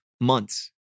months